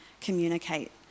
communicate